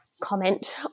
comment